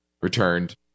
returned